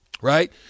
right